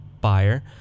buyer